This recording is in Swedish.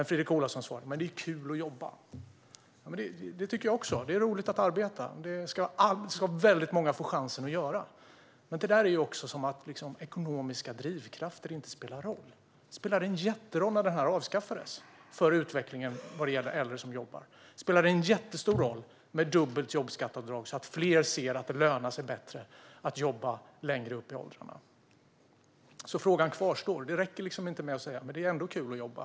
Fredrik Olovssons svar är att det är kul att jobba. Ja, det tycker jag också. Det är roligt att arbeta, och det ska väldigt många få chansen att göra. Men det resonemanget får det att låta som om ekonomiska drivkrafter inte spelar någon roll. De spelade en jätteroll för utvecklingen vad gäller äldre som jobbar när detta avskaffades. Det spelade en jättestor roll med dubbelt jobbskatteavdrag, så att fler ser att det lönar sig bättre att jobba längre upp i åldrarna. Frågan kvarstår alltså. Det räcker inte att säga att det är kul att jobba.